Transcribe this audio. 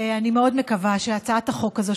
אני מאוד מקווה שהצעת החוק הזאת,